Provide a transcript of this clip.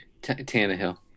Tannehill